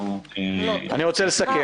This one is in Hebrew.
אני רוצה לסכם.